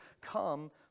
come